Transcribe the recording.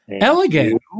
Elegant